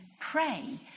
pray